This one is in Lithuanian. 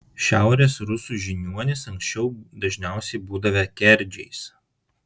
šiaurės rusų žiniuonys anksčiau dažniausiai būdavę kerdžiais